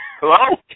Hello